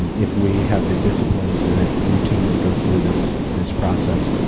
if we have the discipline to routinely go through this this process.